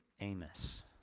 Amos